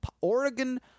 Oregon